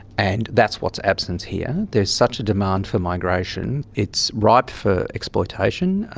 and that's what's absent here. there is such a demand for migration it's ripe for exploitation.